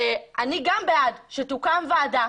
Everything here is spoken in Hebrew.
אני גם בעד שתוקם וועדה,